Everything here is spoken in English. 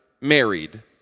married